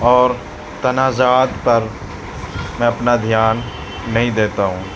اور تنازعات پر میں اپنا دھیان نہیں دیتا ہوں